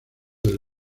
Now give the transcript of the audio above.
del